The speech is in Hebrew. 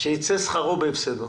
שיצא שכרו בהפסדו.